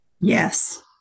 Yes